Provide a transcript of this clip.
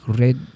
red